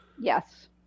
Yes